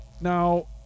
now